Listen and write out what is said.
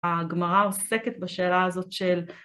הגמרא עוסקת בשאלה הזאת של